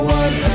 one